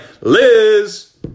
Liz